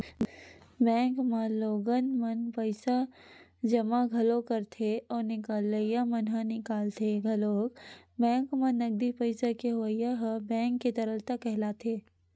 bank म लोगन मन पइसा जमा घलोक करथे अउ निकलइया मन ह निकालथे घलोक बेंक म नगदी पइसा के होवई ह बेंक के तरलता कहलाथे